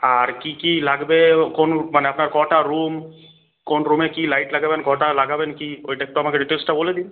আর কি কি লাগবে কোন মানে আপনার কটা রুম কোন রুমে কি লাইট লাগাবেন কটা লাগাবেন কি ওইটা একটু আমাকে ডিটেলসটা বলে দিন